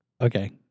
Okay